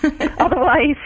Otherwise